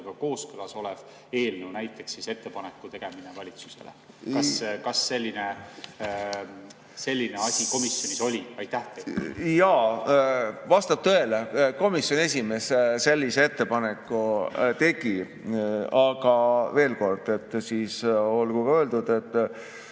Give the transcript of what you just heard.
kooskõlas olev eelnõu, näiteks ettepaneku tegemine valitsusele? Kas selline asi komisjonis oli? Jaa, vastab tõele. Komisjoni esimees sellise ettepaneku tegi. Aga veel kord olgu öeldud, et